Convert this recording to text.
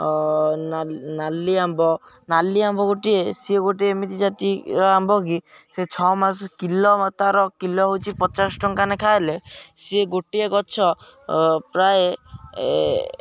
ନାଲି ଆମ୍ବ ନାଲି ଆମ୍ବ ଗୋଟିଏ ସିଏ ଗୋଟିଏ ଏମିତି ଜାତୀୟ ଆମ୍ବ କି ସେ ଛଅ ମାସ କିଲୋ ତାର କିଲୋ ହଉଛି ପଚାଶ ଟଙ୍କା ଲେଖାଁ ହେଲେ ସିଏ ଗୋଟିଏ ଗଛ ପ୍ରାୟ